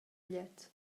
gliez